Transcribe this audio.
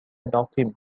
dauphin